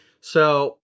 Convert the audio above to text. So-